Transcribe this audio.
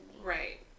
Right